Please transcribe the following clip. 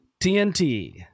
TNT